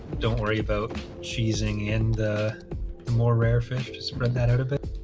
don't worry about cheesing in the more rare fish just spread that out of it.